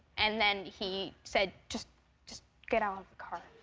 and then he said just just get out of the car.